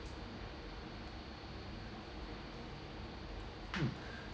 mm